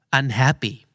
unhappy